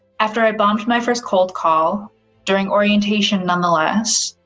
after i bombed my first cold call during orientation nonetheless,